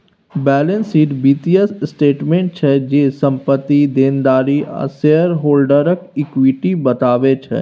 balance sheet बित्तीय statement छै जे, संपत्ति, देनदारी आ शेयर हॉल्डरक इक्विटी बताबै छै